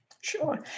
Sure